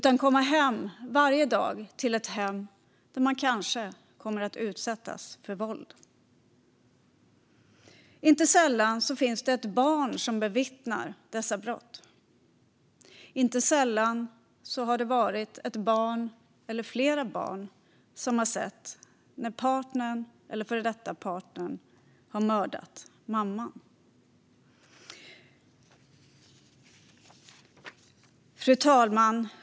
Tänk att varje dag komma till ett hem där man kanske kommer att utsättas för våld! Inte sällan finns det ett barn som bevittnar dessa brott. Inte sällan har det varit ett eller flera barn som har sett när en partner eller före detta partner har mördat mamman. Fru talman!